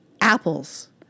apples